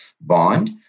bond